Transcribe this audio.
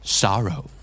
sorrow